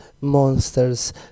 Monsters